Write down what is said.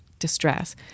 distress